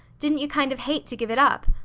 didn't you kind of hate to give it up?